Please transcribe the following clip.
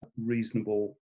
reasonable